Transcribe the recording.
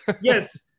Yes